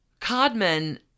Codman